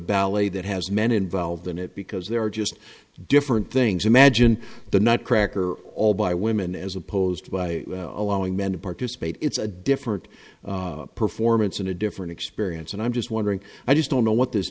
ballet that has men involved in it because there are just different things imagine the nutcracker all by women as opposed to by allowing men to participate it's a different performance in a different experience and i'm just wondering i just don't know what this